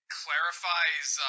clarifies